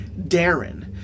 Darren